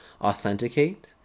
authenticate